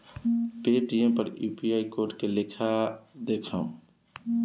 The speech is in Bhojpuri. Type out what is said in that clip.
पेटीएम पर यू.पी.आई कोड के लेखा देखम?